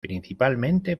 principalmente